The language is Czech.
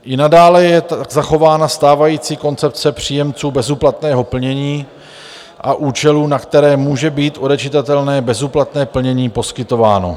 I nadále je zachována stávající koncepce příjemců bezúplatného plnění a účelů, na které může být odečitatelné bezúplatné plnění poskytováno.